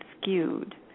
skewed